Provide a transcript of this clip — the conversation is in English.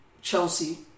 Chelsea